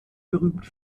berühmt